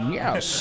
yes